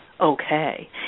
okay